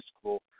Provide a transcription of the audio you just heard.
school